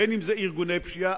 בין שזה ארגוני פשיעה,